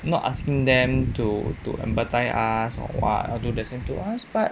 not asking them to to empathise us or what I'll do the same to us but